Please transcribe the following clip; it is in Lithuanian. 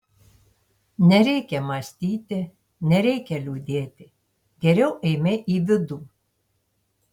nereikia mąstyti nereikia liūdėti geriau eime į vidų